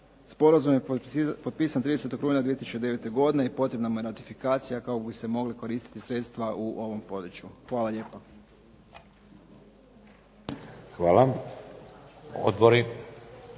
Sporazum je potpisan 30. rujna 2009. godine i potrebna mu je ratifikacija kako bi se mogla koristiti sredstva u ovom području. Hvala lijepa. **Šeks,